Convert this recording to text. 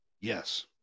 yes